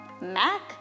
Mac